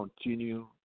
continue